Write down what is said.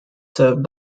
served